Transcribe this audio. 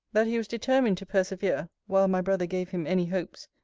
that he was determined to persevere while my brother gave him any hopes,